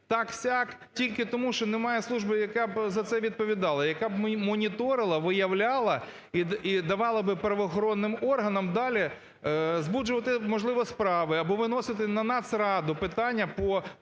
так-сяк тільки тому, що немає служби, яка б за це відповідала, яка б моніторила, виявляла і давала б правоохоронним органам далі збуджувати, можливо, справи або виносити на Нацраду питання